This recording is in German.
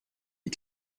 die